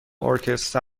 ارکستر